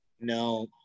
No